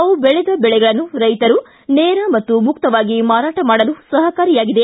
ತಾವು ಬೆಳೆದ ಬೆಳೆಗಳನ್ನು ರೈತರು ನೇರ ಹಾಗೂ ಮುಕ್ತವಾಗಿ ಮಾರಾಟ ಮಾಡಲು ಸಹಕಾರಿಯಾಗಿದೆ